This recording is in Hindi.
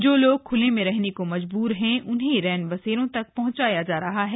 जो लोग खूले में रहने को मजबूर है उन्हें रैन बसेरों तक पहुंचाया जा रहा है